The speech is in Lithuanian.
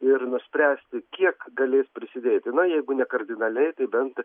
ir nuspręsti kiek galės prisidėti na jeigu ne kardinaliai tai bent